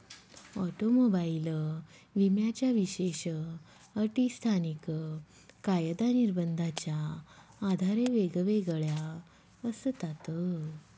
automobile विम्याच्या विशेष अटी स्थानिक कायदा निर्बंधाच्या आधारे वेगवेगळ्या असतात